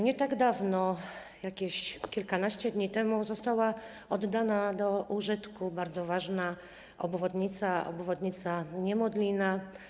Nie tak dawno, jakieś kilkanaście dni temu, została oddana do użytku bardzo ważna obwodnica, obwodnica Niemodlina.